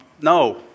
no